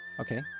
Okay